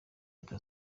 leta